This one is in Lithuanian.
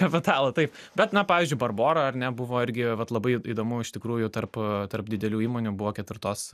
kapitalo taip bet na pavyzdžiui barbora ar nebuvo irgi vat labai įdomu iš tikrųjų tarp tarp didelių įmonių buvo ketvirtos